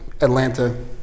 Atlanta